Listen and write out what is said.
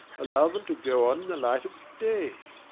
allow them to go on in the light of day!